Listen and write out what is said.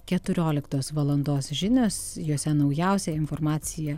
keturioliktos valandos žinios jose naujausia informacija